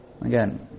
Again